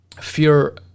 fear